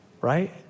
right